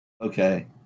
Okay